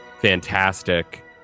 fantastic